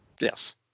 Yes